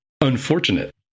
unfortunate